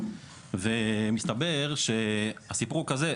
מסתבר שהסיפור הוא כזה,